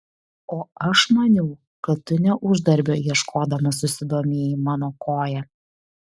o aš maniau kad tu ne uždarbio ieškodamas susidomėjai mano koja